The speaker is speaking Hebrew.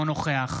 אינו נוכח